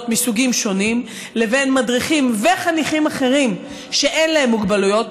מסוגים שונים לבין מדריכים וחניכים אחרים שאין להם מוגבלויות,